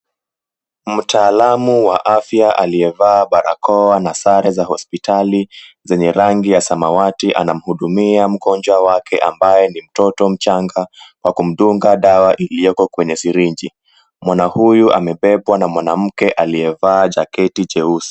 Mtaalamu wa afya aliyevaa barakoa na sare za hospitali zenye rangi ya samawati anamhudumia mgonjwa wake ambaye ni mtoto mchanga kwa kumdunga dawa iliyowekwa kwenye syringe . Mwana huyu amebebwa na mwanamke aliyevaa jaketi jeusi.